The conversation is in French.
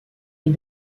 est